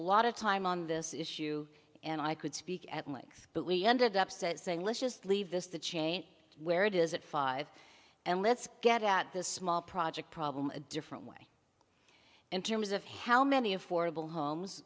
of time on this issue and i could speak at length but we ended up set saying let's just leave this the chain where it is at five and let's get at this small project problem a different way in terms of how many affordable homes